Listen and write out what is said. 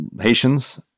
Haitians